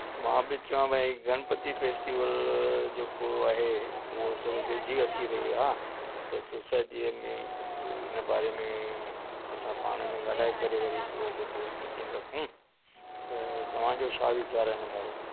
मां बि चवां भई गणपति फैस्टिवल जेको आहे उहो थोरो वेझी अची रही आहे त सोसाइटीअ में कुझु हिन बारे में असां पाण में ॻाल्हाए करे वरी हिकिड़ो कुझु मीटिंग रखूं त तव्हांजो छा वीचार आहे हिन बारे में